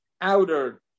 outer